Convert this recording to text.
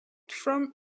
from